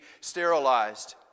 sterilized